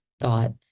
thought